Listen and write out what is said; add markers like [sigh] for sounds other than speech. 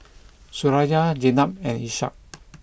Suraya Zaynab and Ishak [noise]